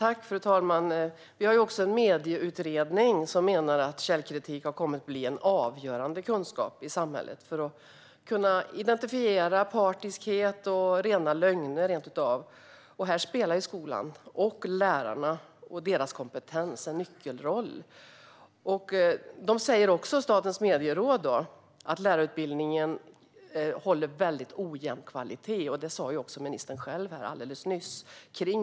Fru talman! Vi har också en medieutredning som menar att källkritik har kommit att bli en avgörande kunskap i samhället. Det handlar om att kunna identifiera partiskhet och rent av rena lögner, och här spelar skolan, lärarna och deras kompetens en nyckelroll. Statens medieråd säger att lärarutbildningen håller en väldigt ojämn kvalitet när det gäller nätkunskap, och det sa även ministern själv alldeles nyss.